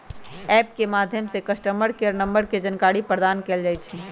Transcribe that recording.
app के माध्यम से कस्टमर केयर नंबर के जानकारी प्रदान कएल जाइ छइ